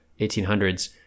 1800s